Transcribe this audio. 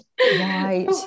Right